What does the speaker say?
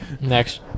Next